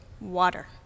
water